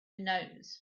nose